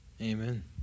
amen